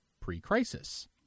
pre-crisis